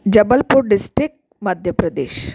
Jabalpur district Madhya Pradesh